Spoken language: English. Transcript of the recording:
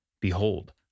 Behold